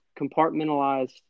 compartmentalized